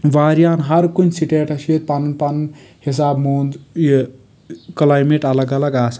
واریاہن ہر کُنہِ سِٹیٹس چھ ییٚتہِ پنُن پنُن حساب مٲنتو یہِ کٕلایمیٹ الگ الگ آسان